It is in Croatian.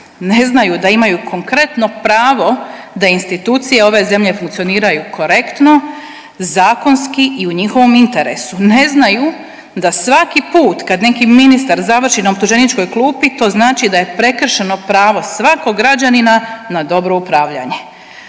Ne znaju da imaju konkretno pravo da institucije ove zemlje funkcioniraju korektno, zakonski i u njihovom interesu. Ne znaju da svaki put kad neki ministar završi na optuženičkoj klupi, to znači da je prekršeno pravo svakog građanina na dobro upravljanje.